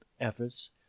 efforts